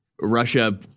Russia